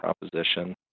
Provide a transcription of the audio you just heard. proposition